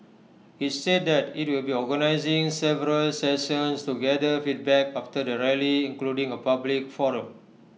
IT said that IT will be organising several sessions to gather feedback after the rally including A public forum